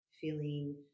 feeling